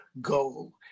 goal